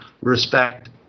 respect